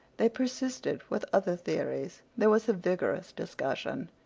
they persisted with other theories. there was a vigorous discussion.